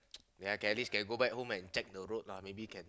ya at least can go back home check the road lah maybe can